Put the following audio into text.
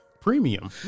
Premium